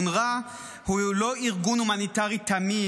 אונר"א הוא לא ארגון הומניטרי תמים,